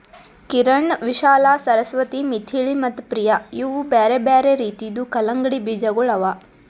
ಕಿರಣ್, ವಿಶಾಲಾ, ಸರಸ್ವತಿ, ಮಿಥಿಳಿ ಮತ್ತ ಪ್ರಿಯ ಇವು ಬ್ಯಾರೆ ಬ್ಯಾರೆ ರೀತಿದು ಕಲಂಗಡಿ ಬೀಜಗೊಳ್ ಅವಾ